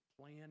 plan